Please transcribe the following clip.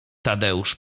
tadeusz